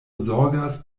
zorgas